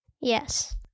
Yes